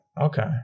okay